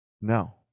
No